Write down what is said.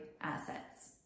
assets